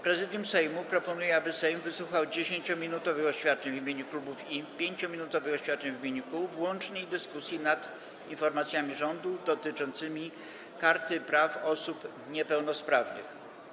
Prezydium Sejmu proponuje, aby Sejm wysłuchał 10-minutowych oświadczeń w imieniu klubów i 5-minutowych oświadczeń w imieniu kół w łącznej dyskusji nad informacjami rządu dotyczącymi Karty Praw Osób Niepełnosprawnych.